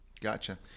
gotcha